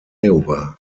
iowa